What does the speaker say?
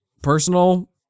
Personal